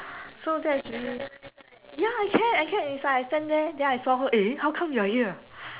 so that's really ya I can I can is like I stand there then I saw her eh how come you are here